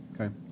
Okay